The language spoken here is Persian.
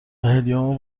هلیوم